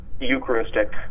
Eucharistic